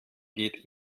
geht